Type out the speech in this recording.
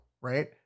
right